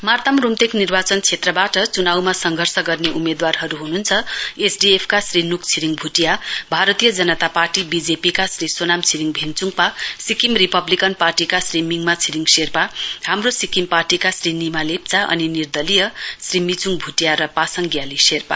मार्ताम रूम्तेक निर्वाचन क्षेत्रबाट चुनाउमा संघर्ष गर्ने उम्मेद्वारहरू हुनुहुन्छ एसडीएफ का श्री नुक छिरिङ भुटिया भारतीय जनता पार्टी बीजेपीका श्री सोनाम छिरिङ भेनचुङपा सिक्किम रिपब्लिकन पार्टीका श्री मिङमा छिरिङ शेर्पा हाम्रो सिक्किम पार्टीका श्री निमा लेप्चा अनि निर्दलीय श्री मिचुङ भुटिया र पासाङ ग्याली शेर्पा